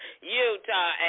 Utah